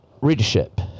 readership